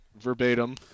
Verbatim